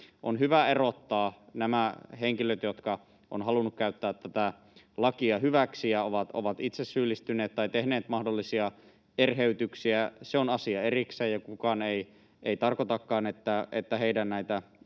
On hyvä erottaa nämä henkilöt, jotka ovat halunneet käyttää tätä lakia hyväksi ja ovat itse syyllistyneet tai tehneet mahdollisia erheytyksiä. Se on asia erikseen, ja kukaan ei tarkoitakaan, että näitä